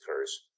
occurs